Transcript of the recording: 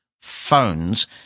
phones